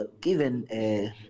given